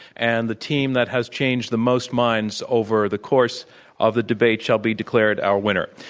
and the team that has changed the most minds over the course of the debate shall be declared our winner.